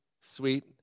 sweet